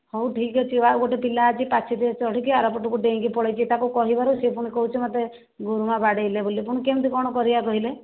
ହଉ ଠିକ୍ ଅଛି ବା ଆଉ ଗୋଟେ ପିଲା ଆଜି ପାଚେରୀରେ ଚଢ଼ିକି ଆରପଟକୁ ଡ଼େଇଁକି ପଳେଇଛି ତାକୁ କହିବାରୁ ସେ ପୁଣି କହୁଛି ମୋତେ ଗୁରୁମା ବାଡ଼େଇଲେ ବୋଲି ପୁଣି କେମିତି କ'ଣ କରିବା କହିଲେ